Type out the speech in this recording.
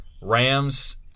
Rams